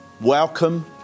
Welcome